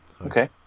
okay